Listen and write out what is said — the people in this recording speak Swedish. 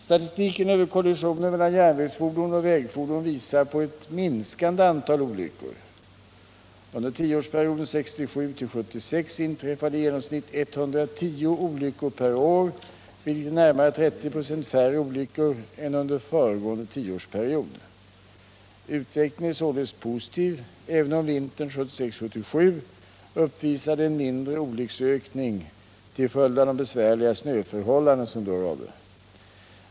Statistiken över kollisioner mellan järnvägsfordon och vägfordon visar på ett minskande antal olyckor. Under tioårsperioden 1967-1976 inträffade i genomsnitt 110 olyckor per år, vilket är närmare 30 96 färre olyckor än under föregående tioårsperiod. Utvecklingen är således positiv, även om vintern 1976-1977 uppvisade en mindre olycksökning till följd av de besvärliga snöförhållanden som då rådde.